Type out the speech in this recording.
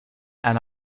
and